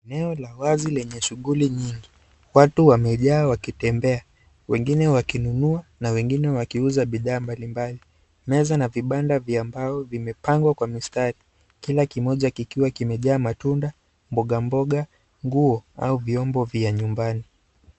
Eneo la wazi lenye shughuli nyingi. Watu wamejaa wakitembea, wengine wakinunua na wengine wakiuza bidhaa mbalimbali. Meza na vibanda vya mbao vimepangwa kwa mistari kila kimoja kikiwa kimeja matunda, mbogamboga, nguo au vyombo vya nyumbani.